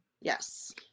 Yes